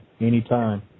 anytime